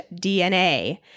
DNA